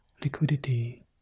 liquidity